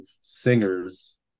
singers